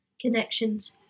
connections